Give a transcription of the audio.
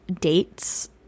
dates